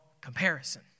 comparison